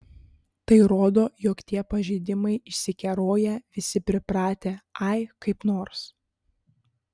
tai rodo jog tie pažeidimai išsikeroję visi pripratę ai kaip nors